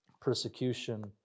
persecution